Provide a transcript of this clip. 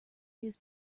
his